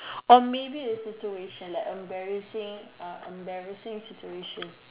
or maybe a situation like embarrassing uh embarrassing situation